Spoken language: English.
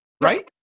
Right